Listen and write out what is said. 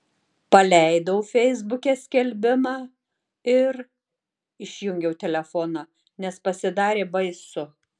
paleidau feisbuke skelbimą ir išjungiau telefoną nes pasidarė baisu